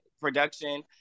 production